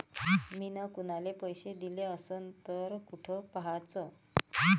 मिन कुनाले पैसे दिले असन तर कुठ पाहाचं?